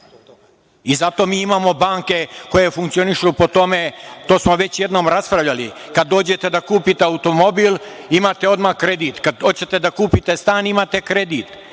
zato mi imamo banke koje funkcionišu po tome, to smo već jednom raspravljali, kad dođete da kupite automobil, imate odmah kredit, kad hoćete da kupite stan, imate kredit,